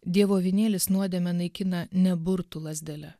dievo avinėlis nuodėmę naikina ne burtų lazdele